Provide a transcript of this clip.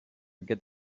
get